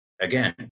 again